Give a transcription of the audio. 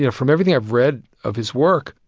yeah from everything i've read of his work,